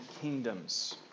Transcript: kingdoms